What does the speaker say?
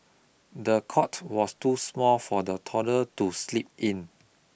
the cot was too small for the toddler to sleep in